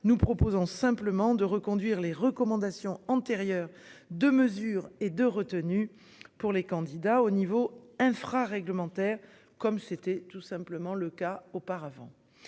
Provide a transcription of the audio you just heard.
nous proposons simplement de reconduire les recommandations antérieures de mesure et de retenue pour les candidats au niveau infra-réglementaire comme c'était tout simplement le cas auparavant.